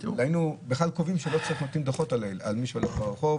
אולי היינו קובעים שלא נותנים דוחות על מי שהולך ברחוב,